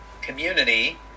community